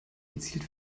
gezielt